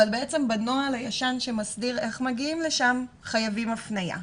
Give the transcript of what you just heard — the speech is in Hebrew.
אבל בעצם בנוהל הישן שמסדיר איך מגיעים לשם חייבים הפניה.